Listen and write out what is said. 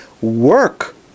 work